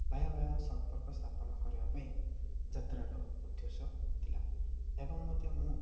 ବାହ୍ୟ ବାହ୍ୟ ସମ୍ପର୍କ ସ୍ଥାପନ କରିବା ପାଇଁ ଯାତ୍ରାର ଉଦ୍ଦେଶ୍ୟ ଥିଲା ଏବଂ ମଧ୍ୟ ମୁଁ